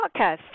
Podcast